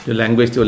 language